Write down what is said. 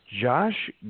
Josh